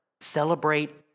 celebrate